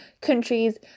countries